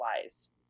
wise